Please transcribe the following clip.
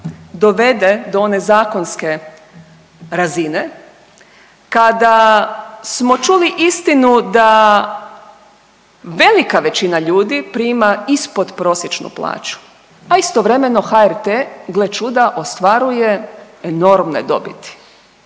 dovede do one zakonske razine, kada smo čuli istinu da velika većina ljudi prima ispodprosječnu plaću, a istovremeno HRT gle čuda ostvaruje enormne dobiti